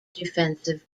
defensive